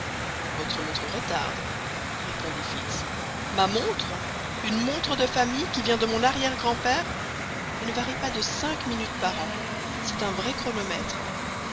votre montre retarde répondit fix ma montre une montre de famille qui vient de mon arrière grand père elle ne varie pas de cinq minutes par an c'est un vrai chronomètre